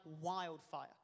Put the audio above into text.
wildfire